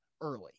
early